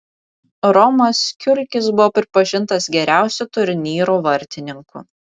romas kiulkis buvo pripažintas geriausiu turnyro vartininku